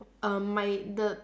err my the